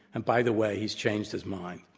and by the way, he's changed his mind.